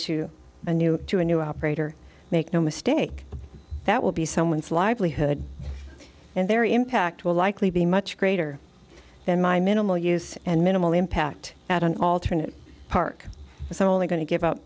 a new to a new operator make no mistake that will be someone's livelihood and their impact will likely be much greater than my minimal use and minimal impact at an alternate park it's only going to give up